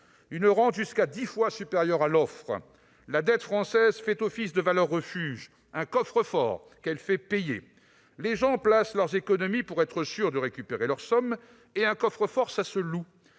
une rente jusqu'à 10 fois supérieure à l'offre, la dette française fait office de valeur refuge, un coffre-fort qu'elle fait payer. « Les gens placent leurs économies pour être sûrs de récupérer leur somme et un coffre-fort, ça se loue.